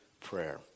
prayer